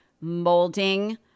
molding